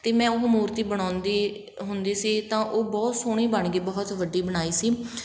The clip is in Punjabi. ਅਤੇ ਮੈਂ ਉਹ ਮੂਰਤੀ ਬਣਾਉਂਦੀ ਹੁੰਦੀ ਸੀ ਤਾਂ ਉਹ ਬਹੁਤ ਸੋਹਣੀ ਬਣ ਗਈ ਬਹੁਤ ਵੱਡੀ ਬਣਾਈ ਸੀ